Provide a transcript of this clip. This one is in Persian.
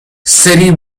سریع